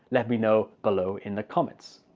let me know below in the comments!